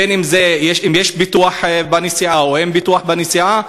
בין שיש ביטוח נסיעה ובין שאין ביטוח נסיעה,